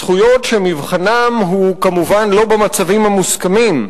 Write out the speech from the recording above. זכויות שמבחנן הוא, כמובן, לא במצבים המוסכמים,